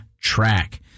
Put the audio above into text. track